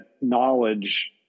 knowledge